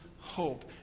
hope